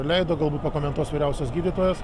leido galbūt pakomentuos vyriausias gydytojas